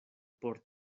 por